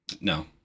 No